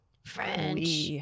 French